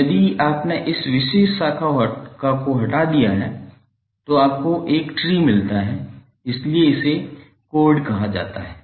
तो यदि आपने इस विशेष शाखा को हटा दिया तो आपको एक ट्री मिलता है इसलिए इसे कॉर्ड कहा जाता है